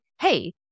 hey